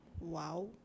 Wow